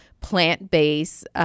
plant-based